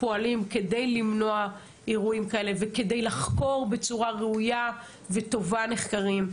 פועלים כדי למנוע אירועים כאלה וכדי לחקור בצורה ראויה וטובה נחקרים,